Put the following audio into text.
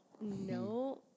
No